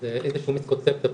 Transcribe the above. זה איזה שהיא מיסקונספציה,